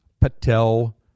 Patel